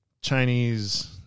Chinese